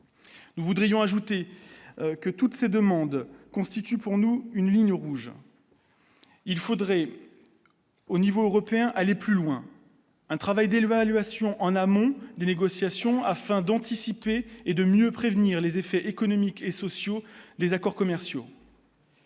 Nous voudrions ajouté que toutes ces demandes, constitue pour nous une ligne rouge, il faudrait au niveau européen, aller plus loin, un travail de l'évaluation en amont des négociations afin d'anticiper et de mieux prévenir les effets économiques et sociaux des accords commerciaux.